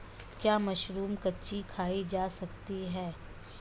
क्या मशरूम कच्ची खाई जा सकती है?